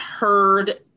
heard